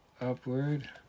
upward